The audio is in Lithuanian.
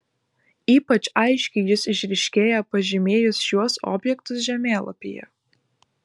ypač aiškiai jis išryškėja pažymėjus šiuos objektus žemėlapyje